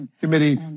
Committee